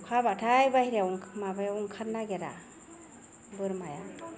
अखा हाबाथाय बाहेरायाव माबायाव ओंखार नागेरा बोरमाया